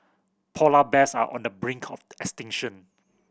polar bears are on the brink of extinction